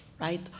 right